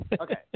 Okay